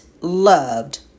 loved